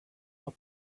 more